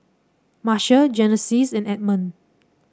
Marsha Genesis and Edmond